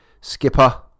skipper